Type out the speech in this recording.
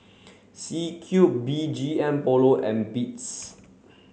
C Cube B G M Polo and Beats